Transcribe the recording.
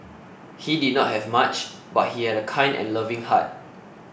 he did not have much but he had a kind and loving heart